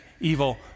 evil